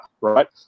right